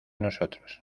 nosotros